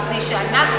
מפני שאנחנו,